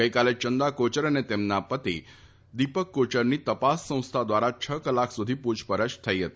ગઇકાલે ચંદા કોચર અને તેમની પતિ દિપક કોચરની તપાસ સંસ્થા દ્વારા હ કલાક સુધી પૂછપરછ થઇ હતી